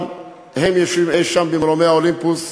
אבל הם יושבים אי-שם במרומי האולימפוס,